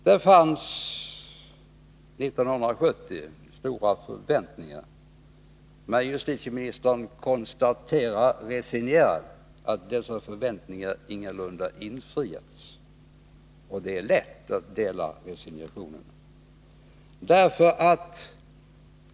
Det fanns 1970 stora förväntningar, men justitieministern konstaterar resignerat att dessa förväntningar ingalunda har infriats. Det är lätt att dela resignationen.